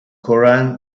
koran